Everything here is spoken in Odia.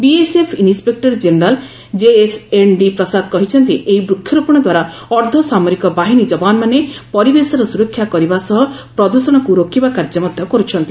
BSF inspector general JSND Prasad କହିଛନ୍ତି ଏହି ବୃକ୍ଷରୋପଣ ଦ୍ୱାରା ଅର୍ଦ୍ଧସାମରିକ ବାହିନୀ ଯବାନମାନେ ପରିବେଶର ସୁରକ୍ଷା କରିବା ସହ ପ୍ରଦୃଷଣକୁ ରୋକିବା କାର୍ଯ୍ୟ ମଧ୍ୟ କରୁଛନ୍ତି